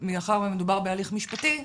מאחר ומדובר בהליך משפטי,